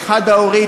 את החד-הורית,